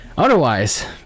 Otherwise